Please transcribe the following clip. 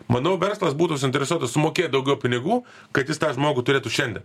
manau verslas būtų suinteresuotas sumokėt daugiau pinigų kad jis tą žmogų turėtų šiandien